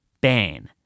ban